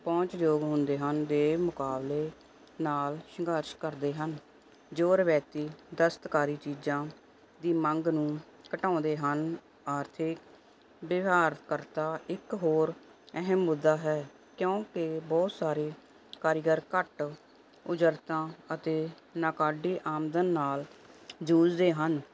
ਪਹੁੰਚਯੋਗ ਹੁੰਦੇ ਹਨ ਦੇ ਮੁਕਾਬਲੇ ਨਾਲ ਸੰਘਰਸ਼ ਕਰਦੇ ਹਨ ਜੋ ਰਵਾਇਤੀ ਦਸਤਕਾਰੀ ਚੀਜ਼ਾਂ ਦੀ ਮੰਗ ਨੂੰ ਘਟਾਉਂਦੇ ਹਨ ਆਰਥਿਕ ਵਿਵਹਾਰ ਕਰਤਾ ਇੱਕ ਹੋਰ ਅਹਿਮ ਮੁੱਦਾ ਹੈ ਕਿਉਂਕਿ ਬਹੁਤ ਸਾਰੇ ਕਾਰੀਗਰ ਘੱਟ ਉਜਰਤਾਂ ਅਤੇ ਨਾਕਾਢੇ ਆਮਦਨ ਨਾਲ ਜੂਝਦੇ ਹਨ